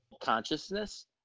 consciousness